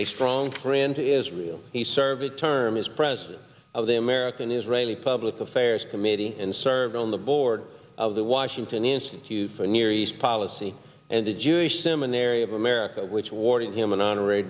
a strong friend to israel he serve a term as president of the american israeli public affairs committee and serves on the board of the washington institute for near east policy and the jewish seminary of america which warding him an honorary